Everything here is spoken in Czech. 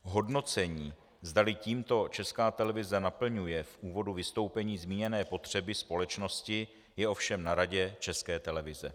Hodnocení, zdali tímto Česká televize naplňuje v úvodu vystoupení zmíněné potřeby společnosti, je ovšem na Radě České televize.